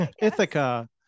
Ithaca